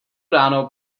ráno